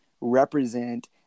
represent